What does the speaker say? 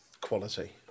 Quality